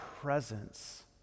presence